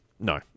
No